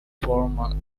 formal